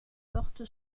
porte